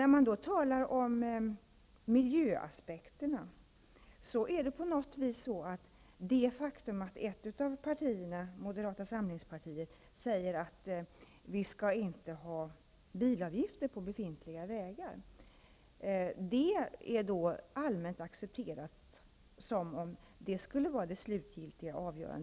När det gäller miljöaspekterna är det ett faktum att ett av partierna, Moderata samlingspartiet, säger att det inte skall vara bilavgifter på befintliga vägar. På något vis är det allmänt accepterat som det slutgiltiga avgörandet.